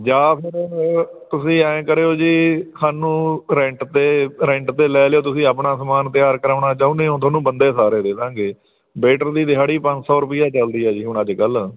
ਜਾਂ ਫਿਰ ਤੁਸੀਂ ਐਂ ਕਰਿਓ ਜੀ ਸਾਨੂੰ ਰੈਂਟ 'ਤੇ ਰੈਂਟ 'ਤੇ ਲੈ ਲਿਓ ਤੁਸੀਂ ਆਪਣਾ ਸਮਾਨ ਤਿਆਰ ਕਰਾਉਣਾ ਚਾਹੁੰਦੇ ਹੋ ਤੁਹਾਨੂੰ ਬੰਦੇ ਸਾਰੇ ਦੇ ਦਾਂਗੇ ਵੇਟਰ ਦੀ ਦਿਹਾੜੀ ਪੰਜ ਸੌ ਰੁਪਈਆ ਚੱਲਦੀ ਆ ਜੀ ਹੁਣ ਅੱਜ ਕੱਲ੍ਹ